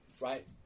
right